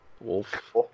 Wolf